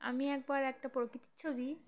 আমি একবার একটা প্রকৃতির ছবি